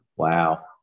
Wow